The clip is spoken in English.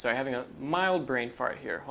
so having a mild brain fart here.